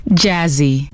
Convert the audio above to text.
jazzy